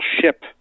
ship